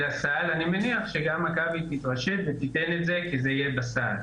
לסל, אני מניח שגם מכבי תיתן את זה בסל.